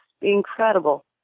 incredible